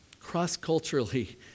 cross-culturally